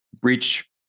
breach